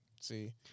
See